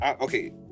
Okay